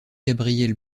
gabriel